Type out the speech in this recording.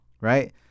right